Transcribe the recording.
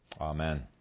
Amen